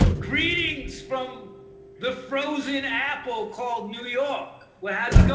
greetings from the frozen apple called new york, how's it going?